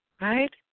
right